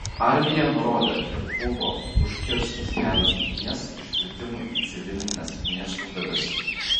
armija nurodė kad buvo užkirstas kelias ugnies išplitimui į civilines miesto dalis